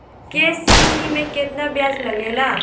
KCC में केतना ब्याज लगेला?